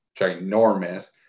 ginormous